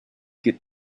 get